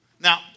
Now